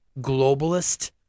globalist